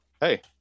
Hey